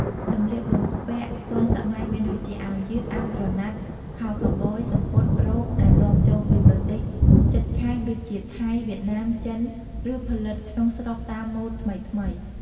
សម្លៀកបំពាក់ទាន់សម័យ មានដូចជា អាវយឺត អាវក្រណាត់ ខោខូវប៊យ សំពត់ រ៉ូប ដែលនាំចូលពីប្រទេសជិតខាង ដូចជា ថៃ វៀតណាម ចិន ឬផលិតក្នុងស្រុកតាមម៉ូដថ្មីៗ។